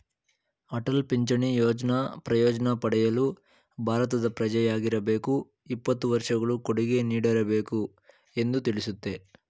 ಅಟಲ್ ಪಿಂಚಣಿ ಯೋಜ್ನ ಪ್ರಯೋಜ್ನ ಪಡೆಯಲು ಭಾರತದ ಪ್ರಜೆಯಾಗಿರಬೇಕು ಇಪ್ಪತ್ತು ವರ್ಷಗಳು ಕೊಡುಗೆ ನೀಡಿರಬೇಕು ಎಂದು ತಿಳಿಸುತ್ತೆ